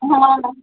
अहाँ आउ ने